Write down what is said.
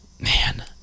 Man